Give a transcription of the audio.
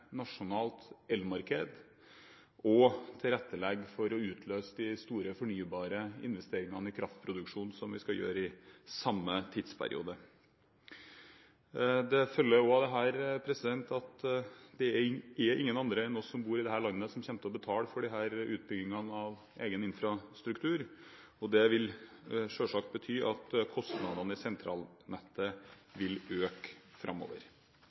nasjonalt elmarked og for å kunne tilrettelegge for å utløse de store fornybare investeringene i kraftproduksjon, som vi skal gjøre i samme tidsperiode. Av dette følger at det er ingen andre enn vi som bor i dette landet som kommer til å betale for disse utbyggingene av egen infrastruktur, og det vil selvsagt bety at kostnadene i sentralnettet vil øke framover.